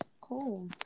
cool